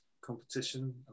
competition